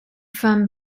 from